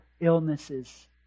illnesses